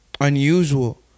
unusual